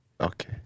Okay